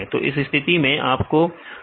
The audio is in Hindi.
तो इस स्थिति में अनुक्रम आइडेंटिटी क्या है